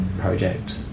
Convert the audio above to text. project